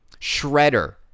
Shredder